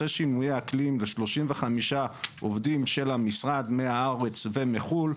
שינויי האקלים ל-35 עובדים של המשרד מהארץ ומחו"ל,